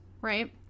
right